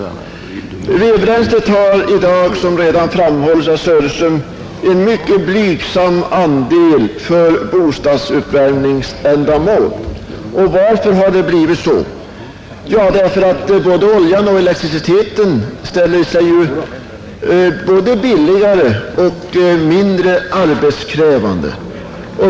Vedbränslet har i dag, som framhållits av herr Söderström, en mycket blygsam andel av bränslet för bostadsuppvärmningsändamål; oljan och elvärmen är både billigare och mindre arbetskrävande.